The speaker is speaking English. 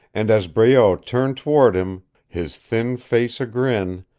and as breault turned toward him, his thin face a-grin,